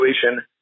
situation